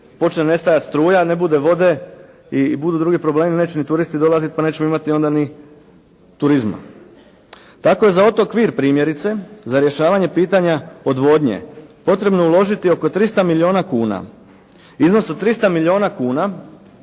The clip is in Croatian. počne nestajati struja, ne bude vode i budu drugi problemi neće ni turisti dolaziti, pa nećemo imati onda ni turizma. Dakle, za otok Vir primjerice, za rješavanje pitanja odvodnje potrebno je uložiti oko 300 milijuna kuna. Iznos od 300 milijuna kuna